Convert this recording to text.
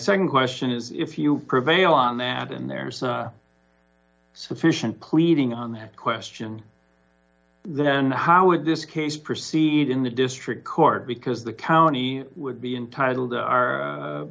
my nd question is if you prevail on that and there's sufficient pleading on that question then how would this case proceed in the district court because the county would be entitled